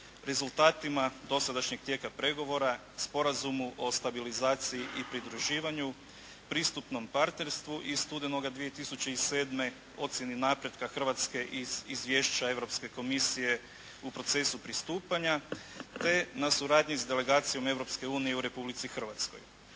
rezultatima dosadašnjeg tijeka pregovora Sporazumu o stabilizaciji i pridruživanju, pristupnom partnerstvu iz studenoga 2007., ocjeni napretka Hrvatske iz izvješća Europske Komisije u procesu pristupanja, te na suradnji s delegacijom Europske unije u Republici Hrvatskoj.